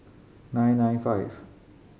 nine nine five